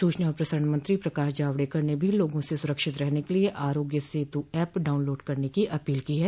सूचना और प्रसारण मंत्री प्रकाश जावड़ेकर ने भी लोगों से सुरक्षित रहने के लिए आरोग्य सेतु ऐप डाउनलोड करने की अपील की है